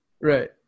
Right